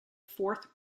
fourth